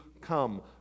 come